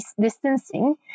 distancing